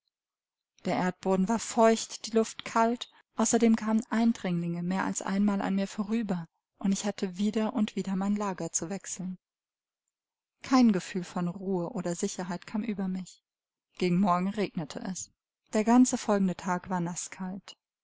der erdboden war feucht die luft kalt außerdem kamen eindringlinge mehr als einmal an mir vorüber und ich hatte wieder und wieder mein lager zu wechseln kein gefühl von ruhe oder sicherheit kam über mich gegen morgen regnete es der ganze folgende tag war naßkalt